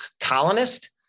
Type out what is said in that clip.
colonist